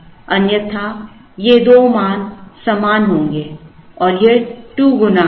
अन्यथा ये दो मान समान होंगे और यह 2 गुना होगा